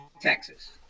Texas